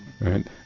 right